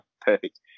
perfect